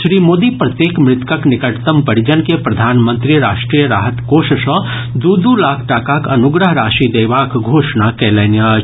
श्री मोदी प्रत्येक मृतकक निकटतम परिजन के प्रधानमंत्री राष्ट्रीय राहत कोष सँ दू दू लाख टाकाक अनुग्रह राशि देबाक घोषणा कयलनि अछि